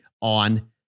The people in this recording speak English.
on